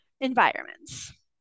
environments